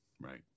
Right